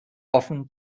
offen